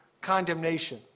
condemnation